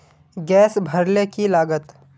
Gas भरले की लागत?